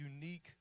unique